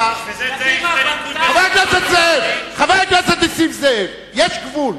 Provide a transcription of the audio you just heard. חבר הכנסת נסים זאב, יש גבול.